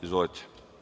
Izvolite.